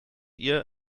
ihr